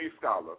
scholar